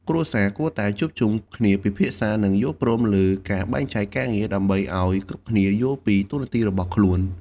គ្រួសារគួរតែជួបជុំគ្នាពិភាក្សា និងយល់ព្រមលើការបែងចែកការងារ ដើម្បីឲ្យគ្រប់គ្នាយល់ពីតួនាទីរបស់ខ្លួន។